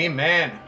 Amen